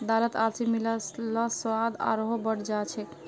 दालत अलसी मिला ल स्वाद आरोह बढ़ जा छेक